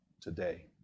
today